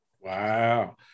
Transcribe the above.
Wow